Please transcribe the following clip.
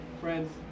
friends